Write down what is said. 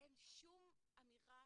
אין שום אמירה,